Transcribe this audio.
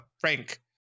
Frank